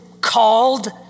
called